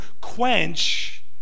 quench